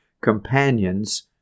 companions